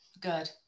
good